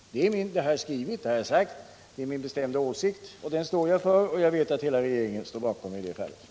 Det har jag skrivit. Det är min bestämda åsikt. Den står jag för, och jag vet att hela regeringen står bakom mig i det fallet.